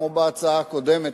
כמו בהצעה הקודמת,